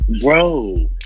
Bro